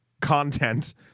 Content